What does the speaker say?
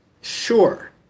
sure